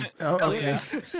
Okay